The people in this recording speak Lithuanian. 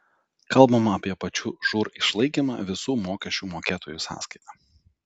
kalbama apie pačių žūr išlaikymą visų mokesčių mokėtojų sąskaita